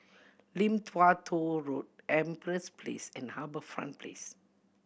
Lim Tua Tow Road Empress Place and HarbourFront Place